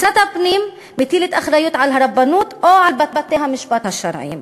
משרד הפנים מטיל את האחריות על הרבנות או על בתי-המשפט השרעיים.